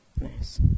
Nice